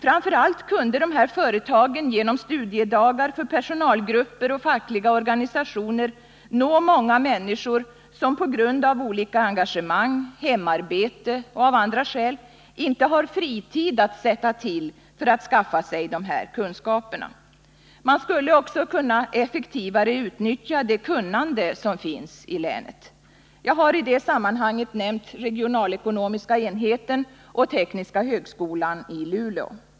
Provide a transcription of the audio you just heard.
Framför allt kunde dessa företag genom studiedagar för personalgrupper och fackliga organisationer nå många människor som på grund av olika engagemang, hemarbete eller av andra skäl inte har fritid att sätta till för att skaffa sig de här kunskaperna. Man skulle också kunna effektivare utnyttja det kunnande som finns i länet. Jag har i det sammanhanget nämnt regionalekonomiska enheten och tekniska högskolan i Luleå.